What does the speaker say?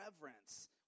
reverence